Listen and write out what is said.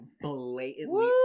blatantly